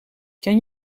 ken